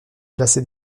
placé